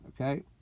okay